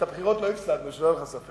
את הבחירות לא הפסדנו, שלא יהיה לך ספק.